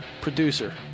producer